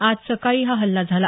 आज सकाळी हा हल्ला झाला